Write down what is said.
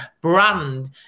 brand